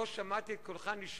לא שמעתי את קולך נשמע,